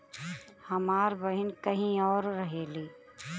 हमार बहिन कहीं और रहेली